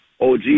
OG